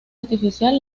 artificial